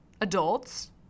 adults